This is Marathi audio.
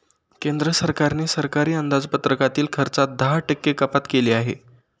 केंद्र सरकारने सरकारी अंदाजपत्रकातील खर्चात दहा टक्के कपात केली आहे